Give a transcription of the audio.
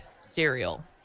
cereal